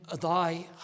thy